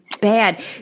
bad